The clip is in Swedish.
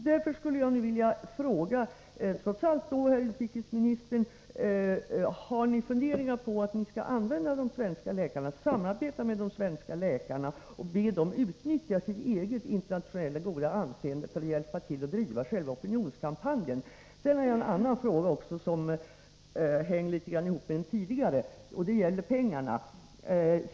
Därför skulle jag vilja fråga utrikesministern: Har ni funderingar på att samarbeta med de svenska läkarna och be dem utnyttja sitt eget goda internationella anseende för att hjälpa till att driva själva opinionskampanjen? Sedan har jag en annan fråga också, som litet grand hänger ihop med den tidigare. Det gäller pengarna.